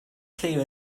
clear